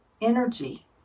energy